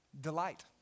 Delight